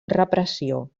repressió